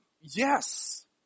Yes